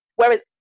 Whereas